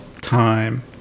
time